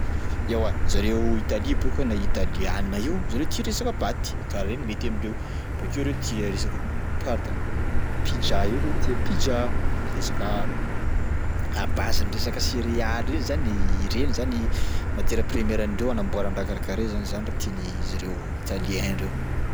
Eoa zareo Italia bôka na italiana io zareo tia resaka paty, karaha reny mety amindreo, bakeo reo tia resaka pardon, pizza io reo tia pizza, resaka à basen'ny resaka céréales reny zany e, ireny izany matière première andreo anamboarana karakaraha reny zany, zany raha tian'izy ireo italien reo.